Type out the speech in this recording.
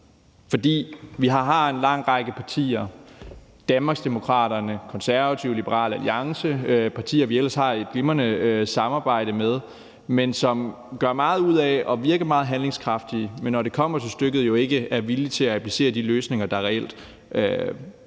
For der er en lang række partier – Danmarksdemokraterne, Konservative og Liberal Alliance – som vi ellers har et glimrende samarbejde med, som gør meget ud af at virke meget handlekraftige, men som, når det kommer til stykket, jo ikke er villige til at applicere de løsninger, der reelt